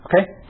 Okay